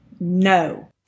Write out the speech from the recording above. No